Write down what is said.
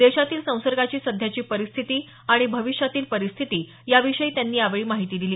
देशातील संसर्गाची सध्याची परिस्थिती आणि भविष्यातील परिस्थिती याविषयी त्यांनी यावेळी माहिती दिली